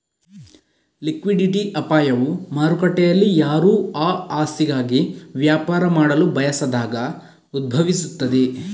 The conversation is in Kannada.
ಲಿಕ್ವಿಡಿಟಿ ಅಪಾಯವು ಮಾರುಕಟ್ಟೆಯಲ್ಲಿಯಾರೂ ಆ ಆಸ್ತಿಗಾಗಿ ವ್ಯಾಪಾರ ಮಾಡಲು ಬಯಸದಾಗ ಉದ್ಭವಿಸುತ್ತದೆ